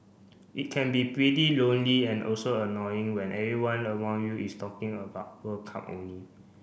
it can be pretty lonely and also annoying when everyone around you is talking about World Cup only